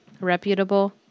reputable